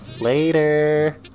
Later